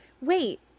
Wait